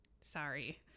Sorry